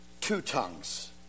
Two-Tongues